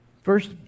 First